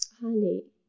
Honey